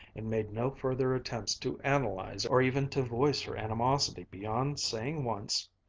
and made no further attempts to analyze or even to voice her animosity beyond saying once,